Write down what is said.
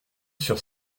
sur